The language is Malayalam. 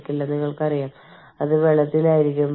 അതിനാൽ നിങ്ങൾ എങ്ങനെയാണ് അത് കണക്കിലെടുക്കുക